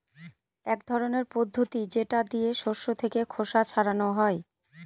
এক ধরনের পদ্ধতি যেটা দিয়ে শস্য থেকে খোসা ছাড়ানো হয়